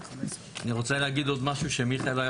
אני רוצה להגיד עוד משהו שמיכאל היה